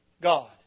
God